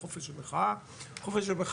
לנו לחוקק עוד חוק מאוד חשוב במדינת ישראל.